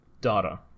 data